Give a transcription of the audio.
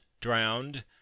drowned